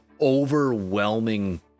Overwhelming